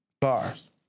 Bars